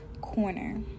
Corner